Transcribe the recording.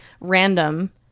random